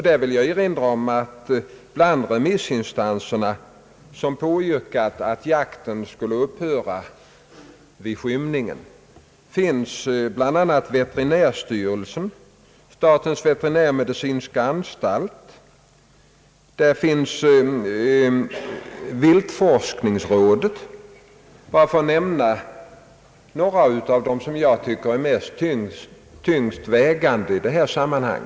Jag vill erinra om att bland de remissinstanser som påyrkat att jakten skulle upphöra vid skymningen finns veterinärstyrelsen, statens veterinärmedicinska anstalt och viltforskningsrådet; jag nämner bara några av dem som jag finner tyngst vägande i detta sammanhang.